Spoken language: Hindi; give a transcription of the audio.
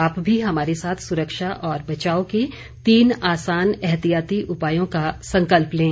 आप भी हमारे साथ सुरक्षा और बचाव के तीन आसान एहतियाती उपायों का संकल्प लें